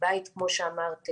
בבית כמו שאמרת,